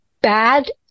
bad